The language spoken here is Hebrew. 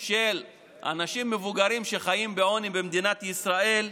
של אנשים מבוגרים שחיים בעוני במדינת ישראל.